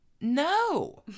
No